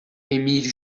émile